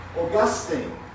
Augustine